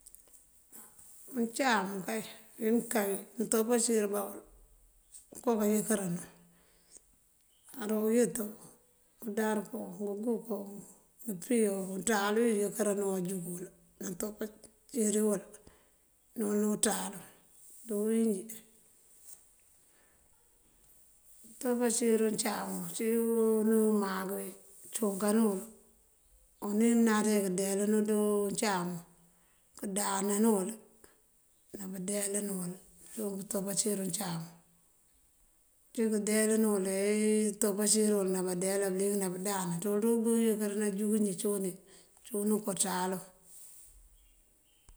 Uncáam kay unwí mëënkey, mëëntopácir báwël oko kayinkírinu. Karo uyët, umpí, undarëk, o uguko, umpí o undaali ajoro uyinkírin ajungëwël nunúwi ţaalun ţí biwínjí. Mëëntopácir uncáam, unúwi umankëëwí këncunkaŋ uwël, unú mëënántá wí këëndeelan uwël uncáam, këëndáanáwël naampëëndeelánewël, cíiwun pëëntopácir uncáam. Cinkaandeelin uwul topácir uwul ná bandeela, ná pëëndáan, ţul ţí uyinkírinu ajungí cuuni.